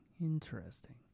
Interesting